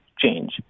change